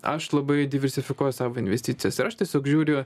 aš labai diversifikuoju savo investicijas ir aš tiesiog žiūriu